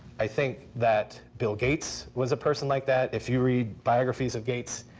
i think that bill gates was a person like that. if you read biographies of gates,